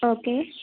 okay